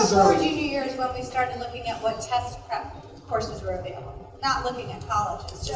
junior year is when we started looking at what test prep courses were available not looking at colleges